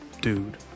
dude